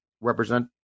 represent